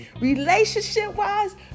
Relationship-wise